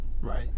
Right